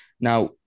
Now